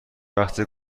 وقتی